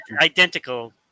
identical